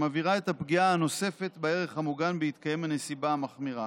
שמבהירה את הפגיעה הנוספת בערך המוגן בהתקיים הנסיבה המחמירה